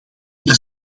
hier